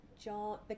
John